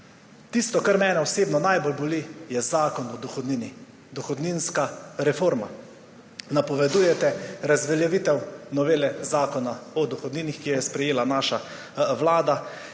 tisto, kar mene osebno najbolj boli, je zakon o dohodnini, dohodninska reforma. Napovedujete razveljavite novele Zakona o dohodnini, ki jo je sprejela naša vlada.